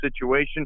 situation